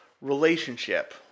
relationship